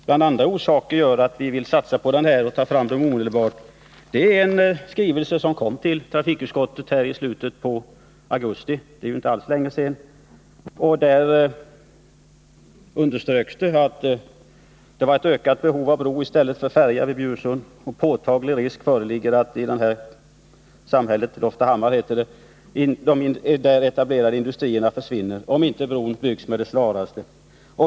En av orsakerna till att vi vill satsa på just den här bron är en skrivelse som kom till trafikutskottet i slutet av augusti — det är alltså inte alls länge sedan. I den underströks att det fanns ett ökat behov av broii stället för färja vid Bjursund, och man framhöll att påtaglig risk förelåg för att de i Loftahammar etablerade industrierna skulle försvinna om inte bron byggdes med det snaraste.